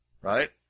Right